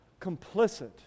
complicit